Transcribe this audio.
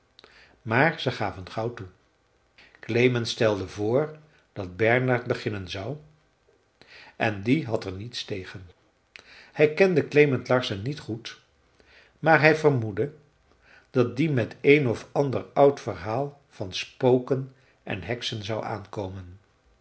maar ze gaven gauw toe klement stelde voor dat bernhard beginnen zou en die had er niets tegen hij kende klement larsson niet goed maar hij vermoedde dat die met een of ander oud verhaal van spoken en heksen zou aankomen